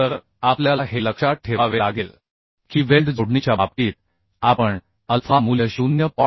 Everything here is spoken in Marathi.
तर आपल्याला हे लक्षात ठेवावे लागेल की वेल्ड जोडणीच्या बाबतीत आपण अल्फा मूल्य 0